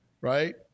right